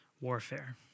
warfare